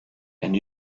and